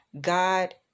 God